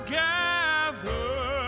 gather